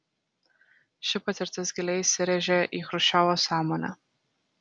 ši patirtis giliai įsirėžė į chruščiovo sąmonę